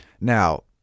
now